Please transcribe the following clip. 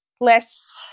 less